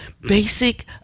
basic